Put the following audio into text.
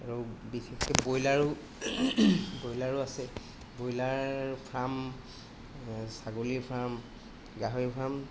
আৰু বিশেষকৈ ব্ৰইলাৰো ব্ৰইলাৰো আছে ব্ৰইলাৰ ফাৰ্ম ছাগলী ফাৰ্ম গাহৰি ফাৰ্ম